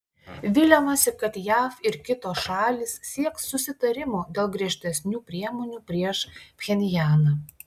viliamasi kad jav ir kitos šalys sieks susitarimo dėl griežtesnių priemonių prieš pchenjaną